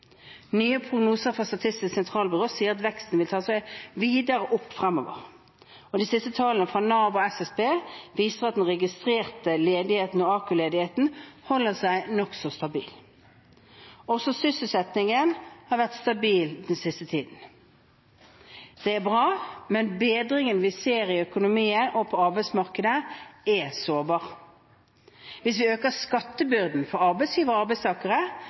Nye prognoser fra Statistisk sentralbyrå sier at veksten vil ta seg videre opp fremover. De siste tallene fra Nav og SSB viser at den registrerte ledigheten og AKU-ledigheten holder seg nokså stabil. Også sysselsettingen har vært stabil den siste tiden. Det er bra, men bedringen vi ser i økonomien og på arbeidsmarkedet, er sårbar. Hvis vi øker skattebyrden for arbeidsgivere og arbeidstakere,